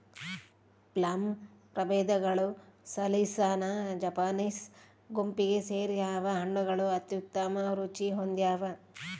plum ಪ್ರಭೇದಗಳು salicina Japanese ಗುಂಪಿಗೆ ಸೇರ್ಯಾವ ಹಣ್ಣುಗಳು ಅತ್ಯುತ್ತಮ ರುಚಿ ಹೊಂದ್ಯಾವ